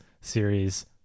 series